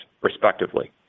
respectively